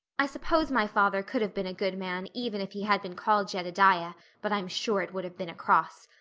i suppose my father could have been a good man even if he had been called jedediah but i'm sure it would have been a cross.